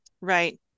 Right